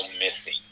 missing